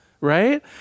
right